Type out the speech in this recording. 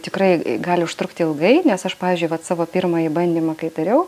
tikrai gali užtrukti ilgai nes aš pavyzdžiui pats savo pirmąjį bandymą kai dariau